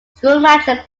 schumacher